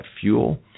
fuel